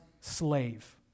slave